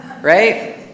right